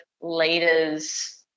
leaders